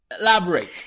elaborate